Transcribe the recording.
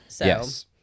Yes